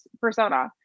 persona